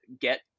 get